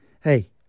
Hey